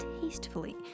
tastefully